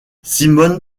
simone